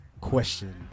question